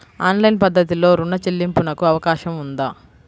Online పద్ధతిలో రుణ చెల్లింపునకు అవకాశం ఉందా?